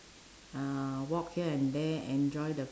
uh walk here and there enjoy the